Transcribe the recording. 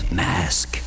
mask